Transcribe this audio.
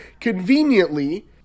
conveniently